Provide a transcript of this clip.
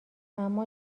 اما